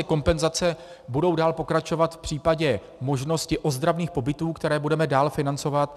Kompenzace budou dál pokračovat v případě možnosti ozdravných pobytů, které budeme dále financovat.